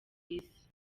isi